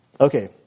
Okay